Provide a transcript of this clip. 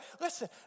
Listen